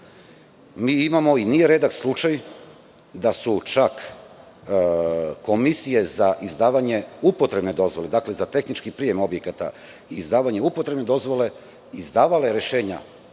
imamo, i nije redak slučaj, da su čak komisije za izdavanje upotrebne dozvole, dakle za tehnički prijem objekata i izdavanje upotrebne dozvole, izdavale rešenja